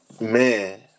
Man